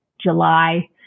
July